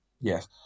Yes